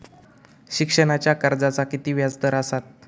शिक्षणाच्या कर्जाचा किती व्याजदर असात?